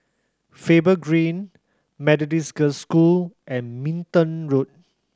Faber Green Methodist Girls' School and Minden Road